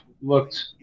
looked